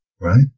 right